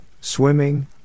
swimming